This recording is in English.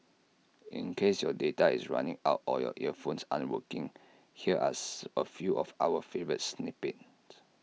in case your data is running out or your earphones aren't working here are A few of our favourite snippets